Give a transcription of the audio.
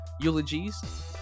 eulogies